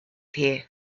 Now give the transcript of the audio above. here